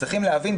צריך להבין,